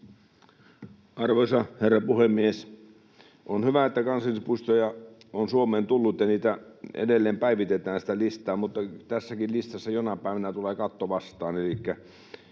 Arvoisa herra puhemies! On hyvä, että kansallispuistoja on Suomeen tullut ja sitä listaa edelleen päivitetään, mutta tässäkin listassa jonain päivänä tulee katto vastaan.